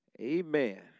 Amen